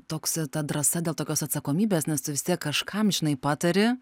toks ta drąsa dėl tokios atsakomybės nes tu vis tiek kažkam žinai patari